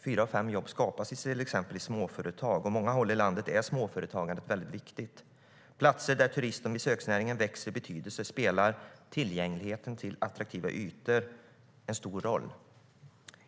Fyra av fem jobb skapas till exempel i småföretag. På många håll i landet är småföretagandet väldigt viktigt. På platser där turist och besöksnäringen har vuxit i betydelse spelar tillgängligheten till attraktiva ytor en stor roll.